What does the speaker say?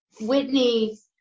Whitney